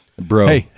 bro